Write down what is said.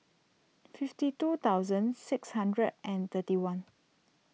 fifty two thousand six hundred and thirty one